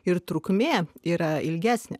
ir trukmė yra ilgesnė